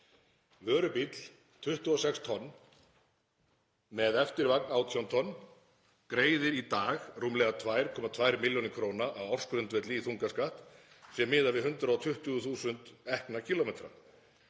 Vörubíll, 26 tonn, með eftirvagn 18 tonn, greiðir í dag rúmlega 2,2 millj. kr. á ársgrundvelli í þungaskatt sem miðar við 120.000 ekna kílómetra